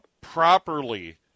properly